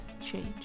change